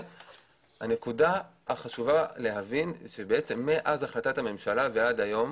חשוב להבין שמאז החלטת הממשלה ועד היום